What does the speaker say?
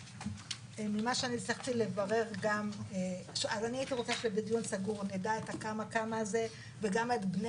אני הייתי רוצה שבדיון סגור נדע את הכמה כמה הזה וגם בני